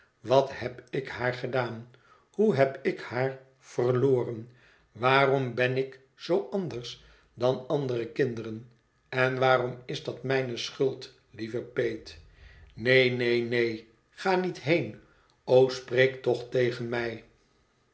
wat heb ik haar gedaan hoe heb ik haar verloren waarom ben ik zoo anders dan andere kinderen en waarom is dat mijne schuld lieve peet neen neen neen ga niet heen o spreek toch tegen mij